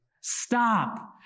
Stop